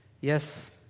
Yes